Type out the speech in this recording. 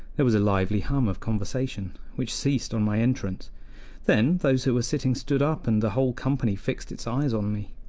there was a lively hum of conversation, which ceased on my entrance then those who were sitting stood up and the whole company fixed its eyes on me,